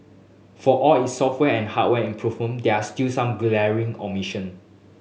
for all its software and hardware improvement they are still some glaring omission